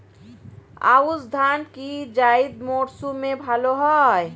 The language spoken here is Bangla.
আউশ ধান কি জায়িদ মরসুমে ভালো হয়?